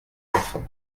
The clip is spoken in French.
enfant